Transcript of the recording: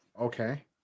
Okay